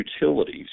utilities